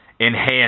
Enhance